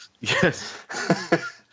Yes